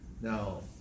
Now